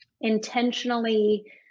intentionally